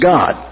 God